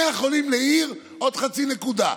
100 חולים לעיר, עוד חצי נקודה.